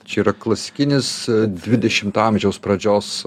čia yra klasikinis dvidešimto amžiaus pradžios